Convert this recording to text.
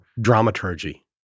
dramaturgy